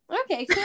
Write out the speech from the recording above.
Okay